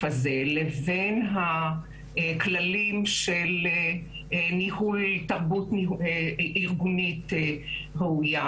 הזה לבין הכללים של ניהול תרבות ארגונית ראויה,